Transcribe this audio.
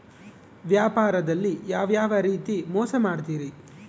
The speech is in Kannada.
ವ್ಯಾಪಾರದಲ್ಲಿ ಯಾವ್ಯಾವ ರೇತಿ ಮೋಸ ಮಾಡ್ತಾರ್ರಿ?